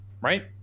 Right